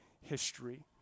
history